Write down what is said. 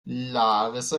larissa